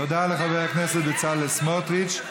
תודה לחבר הכנסת בצלאל סמוטריץ.